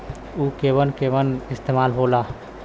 उव केमन केमन इस्तेमाल हो ला?